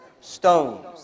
stones